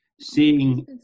Seeing